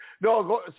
no